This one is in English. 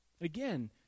Again